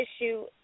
issue